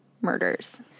murders